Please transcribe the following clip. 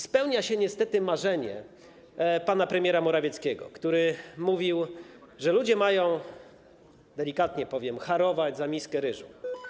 Spełnia się niestety marzenie pana premiera Morawieckiego, który powiedział, że ludzie mają, delikatnie powiem, harować za miskę ryżu.